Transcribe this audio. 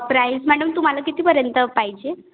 price madam तुम्हाला कितीपर्यंत पाहिजे